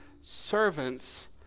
servants